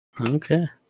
Okay